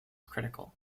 critical